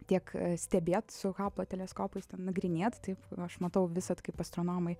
tiek stebėt su haploteleskopais ten nagrinėt taip aš matau visad kaip astronomai